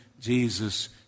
Jesus